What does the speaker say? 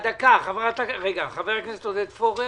חבר הכנסת עודד פורר.